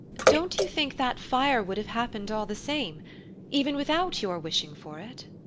don't you think that fire would have happened all the same even without your wishing for it?